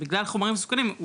שבגלל החומרים המסוכנים,